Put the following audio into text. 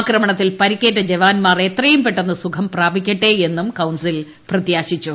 ആക്രമണത്തിൽ പരിക്കേറ്റ് ജവാന്മാർ എത്രയും പെട്ടെന്ന് സുഖം പ്രാപിക്കുമെന്നും കൌൺസിൽ പ്രത്യാശിച്ചു